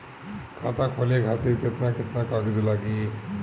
खाता खोले खातिर केतना केतना कागज लागी?